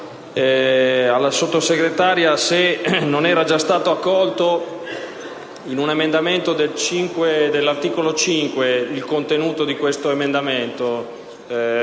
Grazie,